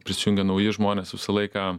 prisijungia nauji žmonės visą laiką